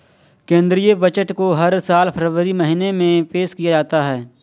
केंद्रीय बजट को हर साल फरवरी महीने में पेश किया जाता है